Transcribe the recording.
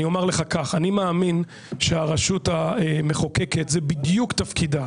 אני אומר לך כך אני מאמין שהרשות המחוקקת זה בדיוק תפקידה,